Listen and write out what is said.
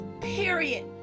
period